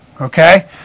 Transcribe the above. okay